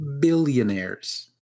Billionaires